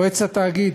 מועצת התאגיד,